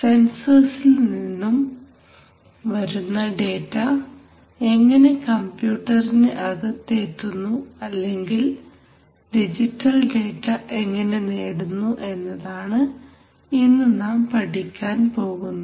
സെൻസർസിൽ നിന്നും വരുന്ന ഡേറ്റ എങ്ങനെ കമ്പ്യൂട്ടറിന് അകത്ത് എത്തുന്നു അല്ലെങ്കിൽ ഡിജിറ്റൽ ഡേറ്റ എങ്ങനെ നേടുന്നു എന്നതാണ് ഇന്നു നാം പഠിക്കാൻ പോകുന്നത്